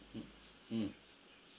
mm mm